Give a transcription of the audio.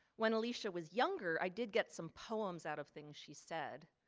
when alysia was younger, i did get some poems out of things she said,